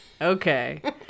Okay